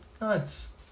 Nuts